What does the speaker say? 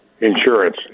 insurance